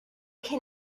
can